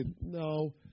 No